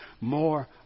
more